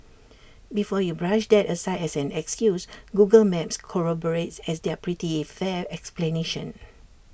before you brush that aside as an excuse Google maps corroborates as their pretty fair explanation